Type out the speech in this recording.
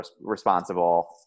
responsible